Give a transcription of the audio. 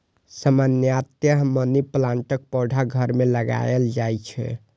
सामान्यतया मनी प्लांटक पौधा घर मे लगाएल जाइ छै